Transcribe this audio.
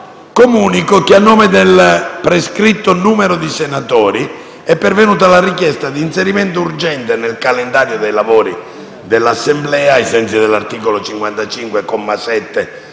Comunico che, a nome del prescritto numero di senatori, è pervenuta la richiesta d'inserimento urgente nel calendario dei lavori dell'Assemblea, ai sensi dell'articolo 55,